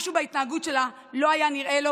משהו בהתנהגות שלה לא נראה לו.